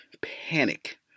panic